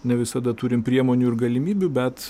ne visada turim priemonių ir galimybių bet